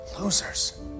Losers